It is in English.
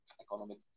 economic